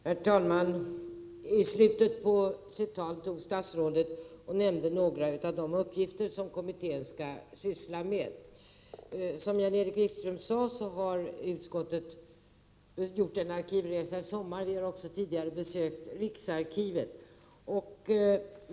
Herr talman! I slutet på sitt tal nämnde statsrådet några av de uppgifter som kommittén skall syssla med. Som Jan-Erik Wikström sade, har utskottet gjort en arkivresa i sommar. Vi har också tidigare besökt riksarkivet.